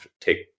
take